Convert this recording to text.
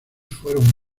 fueron